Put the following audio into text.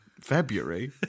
February